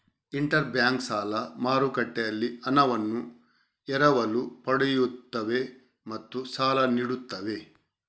inter bank ಸಾಲ ಮಾರುಕಟ್ಟೆಯಲ್ಲಿ ಹಣವನ್ನು ಎರವಲು ಪಡೆಯುತ್ತವೆ ಮತ್ತು ಸಾಲ ನೀಡುತ್ತವೆ